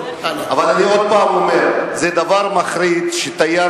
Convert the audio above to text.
אבל אני עוד פעם אומר שזה דבר מחריד שתייר